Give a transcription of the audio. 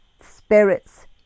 spirits